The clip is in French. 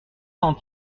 cent